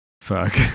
fuck